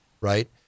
right